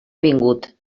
vingut